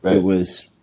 but it was,